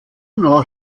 nach